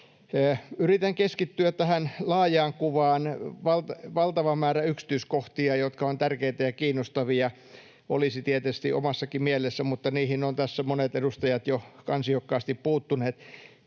Yritän keskittyä tähän laajaan kuvaan. Valtava määrä yksityiskohtia, jotka ovat tärkeitä ja kiinnostavia, olisi tietysti omassakin mielessä, mutta niihin ovat tässä monet edustajat jo ansiokkaasti puuttuneet.